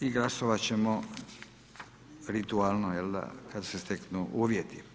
I glasovat ćemo ritualno jel da, kad se steknu uvjeti.